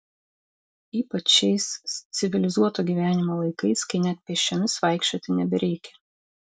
ypač šiais civilizuoto gyvenimo laikais kai net pėsčiomis vaikščioti nebereikia